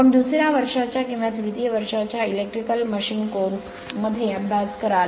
आपण दुसर्या वर्षाच्या किंवा तृतीय वर्षाच्या इलेक्ट्रिकल मशीन कोर्स मध्ये अभ्यास कराल